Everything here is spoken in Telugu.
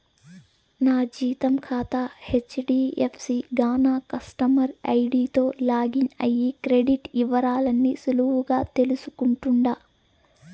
నా జీతం కాతా హెజ్డీఎఫ్సీ గాన కస్టమర్ ఐడీతో లాగిన్ అయ్యి క్రెడిట్ ఇవరాల్ని సులువుగా తెల్సుకుంటుండా